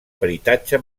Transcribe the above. peritatge